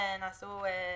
טעות.